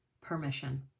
permission